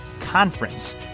conference